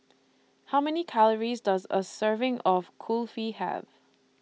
How Many Calories Does A Serving of Kulfi Have